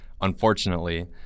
unfortunately